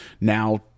Now